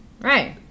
right